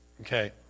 Okay